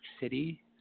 City